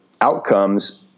outcomes